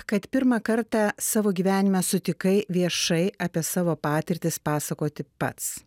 kad pirmą kartą savo gyvenime sutikai viešai apie savo patirtis pasakoti pats